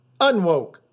unwoke